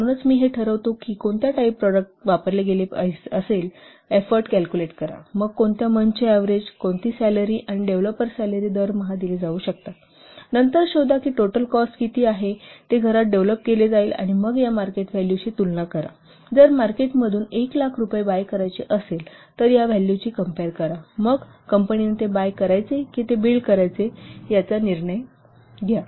म्हणूनच मी हे ठरवितो की कोणत्या टाईप प्रॉडक्ट हे ओळखले गेले असेल तर एफोर्ट कॅल्कुलेट करा मग कोणत्या मंथचे अव्हरेज कोणते सालेरी किंवा डेव्हलपर सालेरी दरमहा दिले जाऊ शकतात नंतर शोधा की टोटल कॉस्ट किती आहे ते घरात डेव्हलोप केले जाईल आणि मग या मार्केट व्हॅल्यू शी तुलना करा जर मार्केटतून 1 लाख रुपये बाय करायची असेल तर या व्हॅल्यूची कम्पेर करा मग कंपनीने ते बाय करायचे की ते बिल्ड करायचे याचा निर्णय घ्या